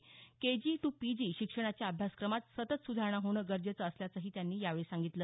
KG to PG शिक्षणाच्या अभ्यासक्रमात सतत सुधारणा होणे गरजेचं असल्याचंही त्यांनी यावेळी सांगितलं